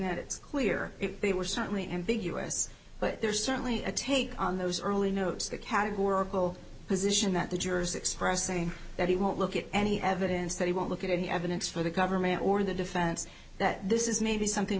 it's clear they were certainly ambiguous but there's certainly a take on those early notes that categorical position that the jurors expressing that he won't look at any evidence that he won't look at any evidence for the government or the defense that this is maybe something